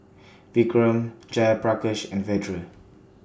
Vikram Jayaprakash and Vedre